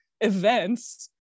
events